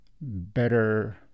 better